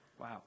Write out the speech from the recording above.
Wow